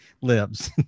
lives